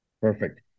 Perfect